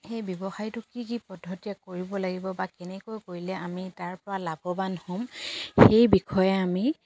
সেই ব্যৱসায়টো কি কি পদ্ধতিৰে কৰিব লাগিব বা কেনেকৈ কৰিলে আমি তাৰপৰা লাভৱান হ'ম সেই বিষয়ে আমি